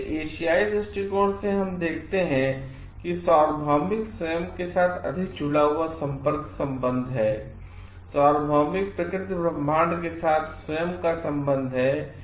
इसलिए एशियाई दृष्टिकोण से हम देखते हैं कि यह सार्वभौमिक स्वयं के साथ अधिक जुड़ा हुआ संपर्क संबंध है सार्वभौमिक प्रकृति ब्रह्मांड के साथ स्वयं का संबंध है